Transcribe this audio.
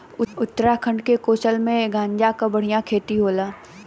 उत्तराखंड के कसोल में गांजा क बढ़िया खेती होला